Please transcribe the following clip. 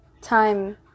time